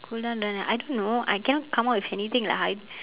cool down run and I don't know I cannot come out with anything with like hy~